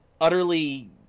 utterly